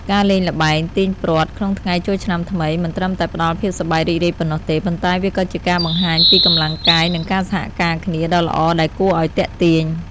ការលេងល្បែង "ទាញព្រ័ត្រ" ក្នុងថ្ងៃចូលឆ្នាំថ្មី មិនត្រឹមតែផ្ដល់ភាពសប្បាយរីករាយប៉ុណ្ណោះទេ ប៉ុន្តែវាក៏ជាការបង្ហាញពីកម្លាំងកាយ និងការសហការគ្នាដ៏ល្អដែលគួរឱ្យទាក់ទាញ។